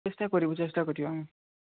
ଚେଷ୍ଟା କରିବୁ ଚେଷ୍ଟା କରିବା ଆମେ